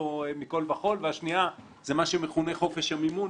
מכל וכל והשנייה זה מה שמכונה "חופש המימון",